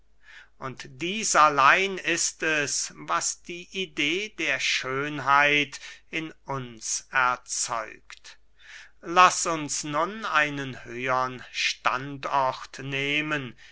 und dieß allein ist es was die idee der schönheit in uns erzeugt laß uns nun einen höhern standort nehmen